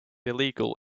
illegal